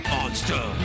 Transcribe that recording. Monster